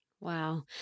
Wow